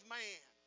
man